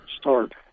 start